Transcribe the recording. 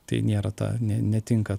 tai nėra ta ne netinka